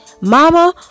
Mama